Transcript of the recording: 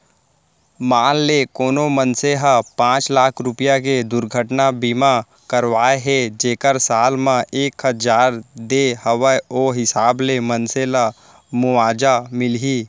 मान ले कोनो मनसे ह पॉंच लाख रूपया के दुरघटना बीमा करवाए हे जेकर साल म एक हजार दे हवय ओ हिसाब ले मनसे ल मुवाजा मिलही